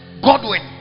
Godwin